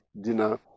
dinner